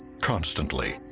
constantly